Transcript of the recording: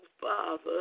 Father